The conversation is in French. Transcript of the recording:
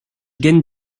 gen